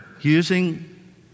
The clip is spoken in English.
using